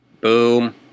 Boom